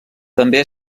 també